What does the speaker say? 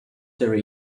there